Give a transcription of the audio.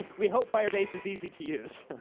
we hope firebase is easy to use.